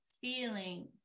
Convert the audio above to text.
feeling